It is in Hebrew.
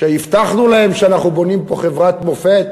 שהבטחנו להם שאנחנו בונים פה חברת מופת,